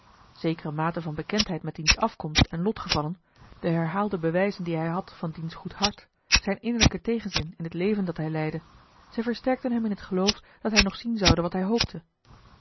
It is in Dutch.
zekere mate van bekendheid met diens afkomst en lotgevallen de herhaalde bewijzen die hij had van diens goed hart zijn innerlijke tegenzin in het leven dat hij leidde zij versterkten hem in het geloof dat hij nog zien zoude wat hij hoopte